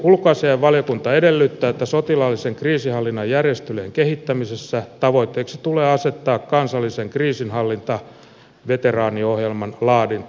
ulkoasiainvaliokunta edellyttää että sotilaallisen kriisinhallinnan järjestelyjen kehittämisessä tavoitteeksi tulee asettaa kansallisen kriisinhallintaveteraaniohjelman laadinta